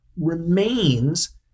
remains